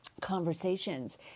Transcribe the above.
conversations